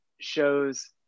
shows